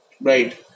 Right